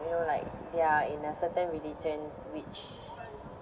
you know like they're in a certain religion which